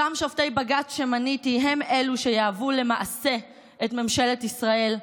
אותם שופטי בג"ץ שמניתי הם אלו שיהוו למעשה את ממשלת ישראל,